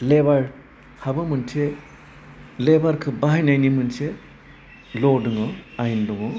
लेबारहाबो मोनसे लेबारखो बाहायनायनि मोनसे ल' दङ आयेन दङ